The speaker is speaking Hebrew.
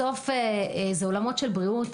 בסוף זה עולמות של בריאות.